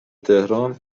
تهران